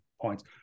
points